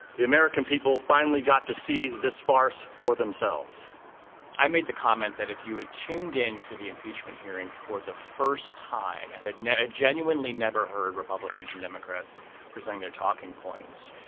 the american people finally got to see this farce for themselves i made the comment that if you had tuned in to the impeachment hearing for the first time and had genuinely never heard republicans and democrats present their talking points.